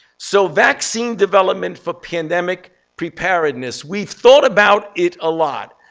so vaccine development for pandemic preparedness, we've thought about it a lot.